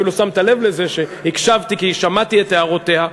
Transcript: אפילו שמת לב לזה שהקשבתי כי שמעתי את הערותיה.